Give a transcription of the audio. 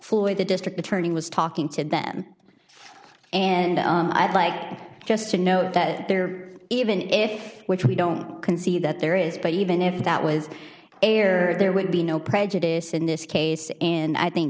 floyd the district attorney was talking to them and i'd like just to note that they're even if which we don't concede that there is but even if that was error there would be no prejudice in this case and i think